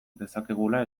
dezakegula